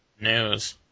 news